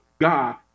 God